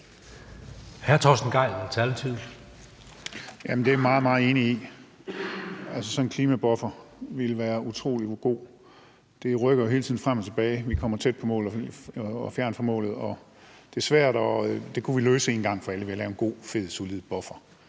16:41 Torsten Gejl (ALT): Det er jeg meget, meget enig i, altså sådan en klimabuffer ville være utrolig god. Det rykker jo hele tiden frem og tilbage. Vi kommer tæt på målet og langt fra målet. Vi kunne løse det en gang for alle ved at lave en god, fed, solid buffer,